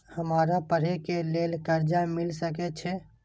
हमरा पढ़े के लेल कर्जा मिल सके छे?